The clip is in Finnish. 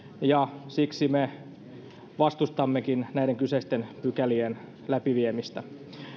ja siksi me vastustammekin näiden kyseisten pykälien läpi viemistä